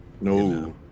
No